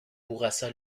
bourassa